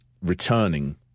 returning